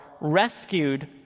rescued